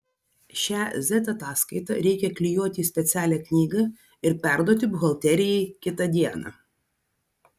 šią z ataskaitą reikia klijuoti į specialią knygą ir perduoti buhalterijai kitą dieną